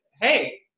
Hey